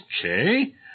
Okay